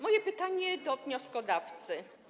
Moje pytanie do wnioskodawcy.